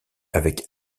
avec